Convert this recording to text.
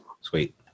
Sweet